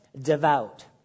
devout